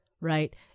right